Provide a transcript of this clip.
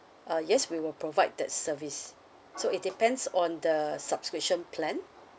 uh yes we will provide that service so it depends on the subscription plan